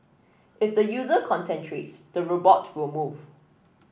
if the user concentrates the robot will move